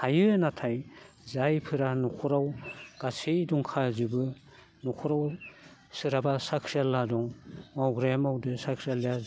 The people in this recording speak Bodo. हायो नाथाय जायफोरा न'खराव गासै दंखाजुबो न'खराव सोरहाबा साख्रिआला दं मावग्राया मावदो साख्रिआलाया